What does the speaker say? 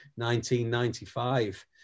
1995